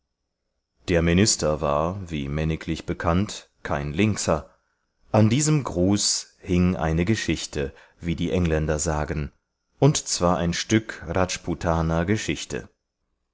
der minister war wie männiglich bekannt kein linkser an diesem gruß hing eine geschichte wie die engländer sagen und zwar ein stück rajputaner geschichte